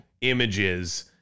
images